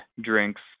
drinks